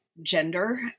gender